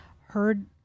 heard